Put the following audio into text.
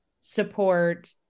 support